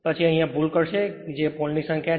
પછી અહિયાં ભૂલ કરશે કે પોલ ની સંખ્યા છે